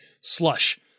slush